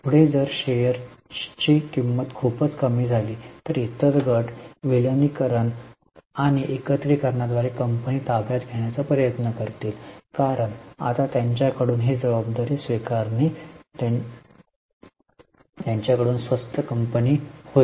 पुढे जर शेअर्सची किंमत खूपच कमी झाली तर इतर गट विलीनीकरण आणि एकत्रिकरणाद्वारे कंपनी ताब्यात घेण्याचा प्रयत्न करतील कारण आता त्यांच्याकडून ही जबाबदारी स्वीकारणे त्यांच्याकडून स्वस्त कंपनी होईल